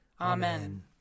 Amen